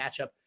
matchup